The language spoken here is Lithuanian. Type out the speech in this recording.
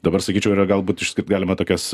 dabar sakyčiau yra galbūt išskirt galima tokias